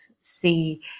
see